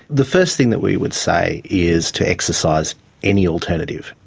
the first thing that we would say is to exercise any alternative.